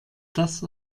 das